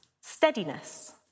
steadiness